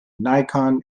nikon